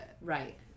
Right